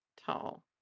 tall